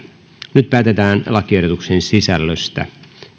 nyt päätetään lakiehdotuksen sisällöstä